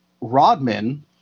Rodman